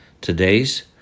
Today's